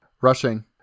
rushing